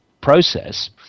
process